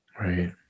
Right